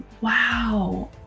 Wow